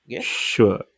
Sure